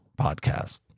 podcast